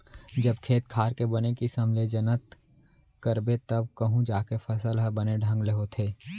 जब खेत खार के बने किसम ले जनत करबे तव कहूं जाके फसल हर बने ढंग ले होथे